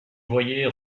voyait